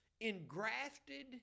engrafted